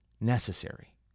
necessary